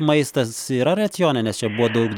maistas yra racione nes čia buvo daug